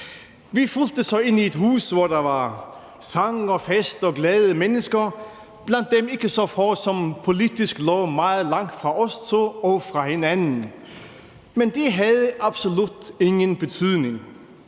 Vi fulgtes så ad ind i et hus, hvor der var sang, fest og glade mennesker og blandt dem ikke så få, som politisk lå meget langt fra os to og fra hinanden, men det havde absolut ingen betydning.